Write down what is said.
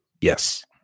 Yes